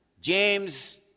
James